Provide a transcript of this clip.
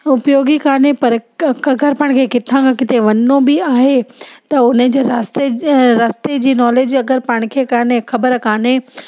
उपयोगी काने पर क अगरि पाण खे किथा खां किथे वञिणो बि आहे त हुनजे रास्ते रस्ते जी नॉलेज अगरि पाण खे काने ख़बर काने